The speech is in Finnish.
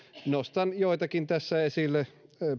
nostan joitakin tässä esille